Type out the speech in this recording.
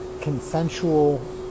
consensual